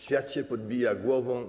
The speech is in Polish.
Świat się podbija głową!